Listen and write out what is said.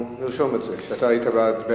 נרשום את זה, שאתה היית בעד.